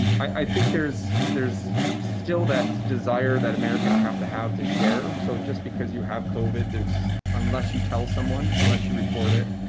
i think there's there's still that desire that americans have to have to share. so just because you have coven there's unless you tell someone unless you report it.